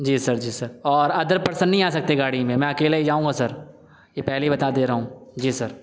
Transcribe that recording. جی sir جی sir اور other person نہیں نہیں آ سکتے گاڑی میں میں اکیلے ہی جاؤں گا سر یہ پہلے ہی بتا دے رہا ہوں جی سر